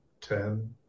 ten